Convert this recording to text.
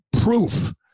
proof